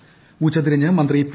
് ഉച്ചതിരിഞ്ഞ് മന്ത്രി പി